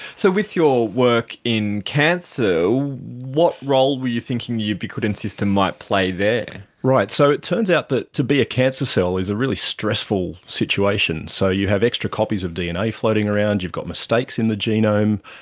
so with your work in cancer, so what role were you thinking the ubiquitin system might play there? right, so it turns out that to be a cancer cell is a really stressful situation. so you have extra copies of dna floating around, you've got mistakes in the genome,